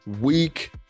week